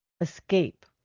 escape